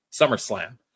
SummerSlam